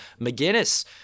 McGinnis